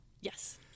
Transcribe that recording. Yes